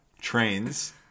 trains